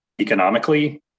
economically